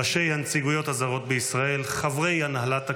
ראשי הנציגויות הזרות בישראל, חברי הנהלת הכנסת,